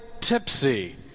tipsy